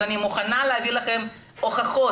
אז אני מוכנה להביא לכם הוכחות.